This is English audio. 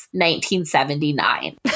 1979